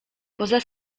poza